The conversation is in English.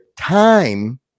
Time